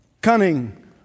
cunning